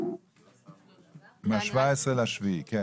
לתגמול חודשי ודרגת נכותו 10 עד 19 והוא רשאי לבחור